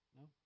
No